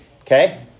okay